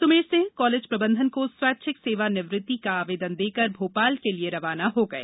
Sumer Singh college प्रबंधन को स्वैच्छिक सेवानिवृत्ति का आवेदन देकर भोपाल के लिए रवाना हो गए